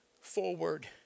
Forward